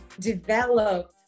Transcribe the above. develop